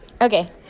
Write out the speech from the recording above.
Okay